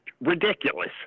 ridiculous